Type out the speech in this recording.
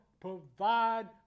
provide